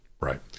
right